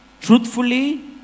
Truthfully